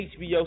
HBO